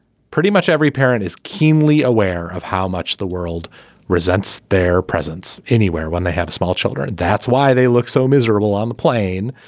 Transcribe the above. pretty much every parent is keenly aware of how much the world resents their presence anywhere when they have small children. that's why they look so miserable on the plane.